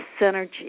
synergy